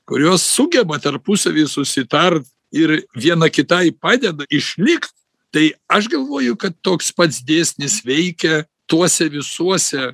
kurios sugeba tarpusavy susitart ir viena kitai padeda išlik tai aš galvoju kad toks pats dėsnis veikia tuose visuose